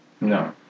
No